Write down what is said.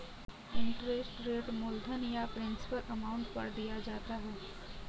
interest rate मूलधन या principal amount पर दिया जाता है